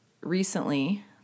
recently